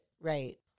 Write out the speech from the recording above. Right